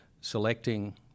selecting